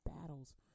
battles